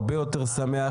הרבה יותר שמח,